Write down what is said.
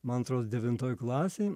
man atrodo devintoj klasėj